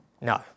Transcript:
No